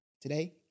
Today